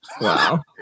Wow